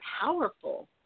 powerful